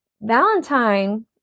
Valentine